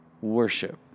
worship